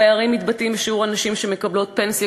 הפערים מתבטאים בשיעור הנשים שמקבלות פנסיה